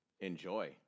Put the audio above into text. Enjoy